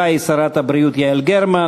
המשיבה היא שרת הבריאות יעל גרמן,